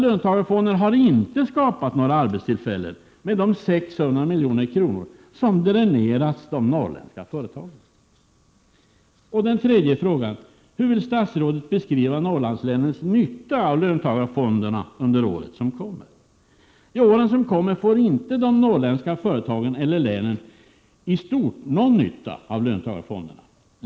Löntagarfonderna har inte skapat några arbetstillfällen med de 600 milj.kr. som man dränerat från de norrländska företagen. 3. Hur vill statsrådet beskriva Norrlandslänens nytta av löntagarfonderna under åren som kommer? Då får inte de norrländska företagen eller länen i stort någon nytta av löntagarfonderna.